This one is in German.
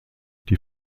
die